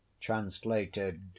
Translated